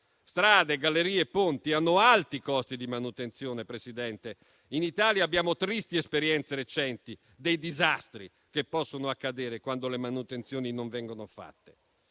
strade, gallerie e ponti hanno alti costi di manutenzione. In Italia abbiamo tristi esperienze recenti dei disastri che possono accadere quando le manutenzioni non vengono fatte,